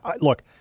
look